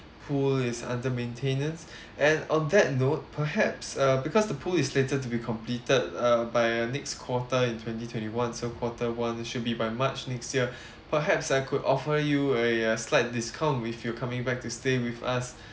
pool is under maintenance and on that note perhaps uh because the pool is slated to be completed uh by uh next quarter in twenty twenty one so quarter one should be by march next year perhaps I could offer you a uh slight discount if you're coming back to stay with us